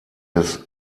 des